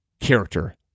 character